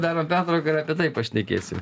darom pertrauką ir apie tai pašnekėsim